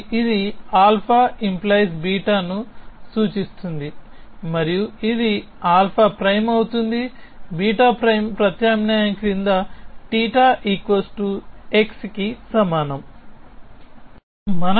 కాబట్టి ఇది α🡪β ను సూచిస్తుంది మరియు ఇది α'అవుతుంది β' ప్రత్యామ్నాయం కింద θx కి సమానం